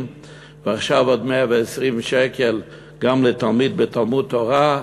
ועכשיו עוד 120 שקלים גם לתלמיד בתלמוד-תורה,